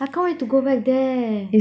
I can't wait to go back there